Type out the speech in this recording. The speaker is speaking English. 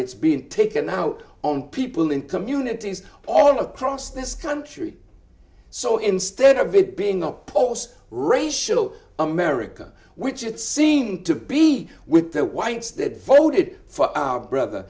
it's been taken out on people in communities all across this country so instead of it being a post racial america which it seemed to be with the whites that voted for our brother